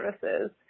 services